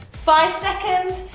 five seconds,